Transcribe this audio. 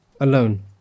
alone